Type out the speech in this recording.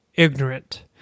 ignorant